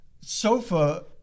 sofa